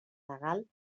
legal